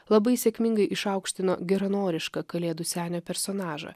labai sėkmingai išaukštino geranorišką kalėdų senio personažą